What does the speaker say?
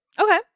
Okay